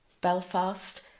Belfast